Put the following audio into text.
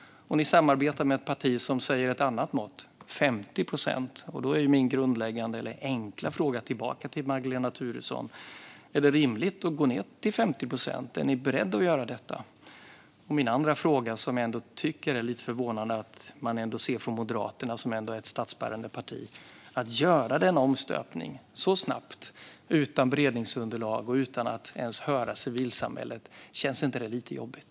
Vidare samarbetar ni med ett parti som har ett annat mått, nämligen 50 procent. Min enkla fråga tillbaka till Magdalena Thuresson är om det är rimligt att gå ned till 50 procent. Är ni beredda att göra detta? Jag vill gå vidare med en andra fråga. Det är förvånande att Moderaterna, som ändå är ett statsbärande parti, gör denna omstöpning så snabbt utan beredningsunderlag och utan att ens höra civilsamhället. Känns inte det lite jobbigt?